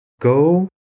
Go